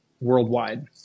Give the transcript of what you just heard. worldwide